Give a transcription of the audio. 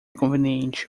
conveniente